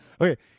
okay